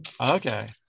Okay